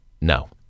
no